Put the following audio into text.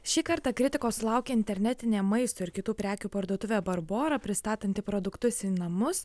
šį kartą kritikos sulaukė internetinė maisto ir kitų prekių parduotuvė barbora pristatanti produktus į namus